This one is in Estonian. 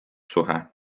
suhe